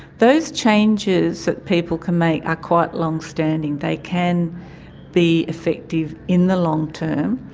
those changes that people can make are quite long-standing. they can be effective in the long term.